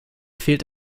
fehlt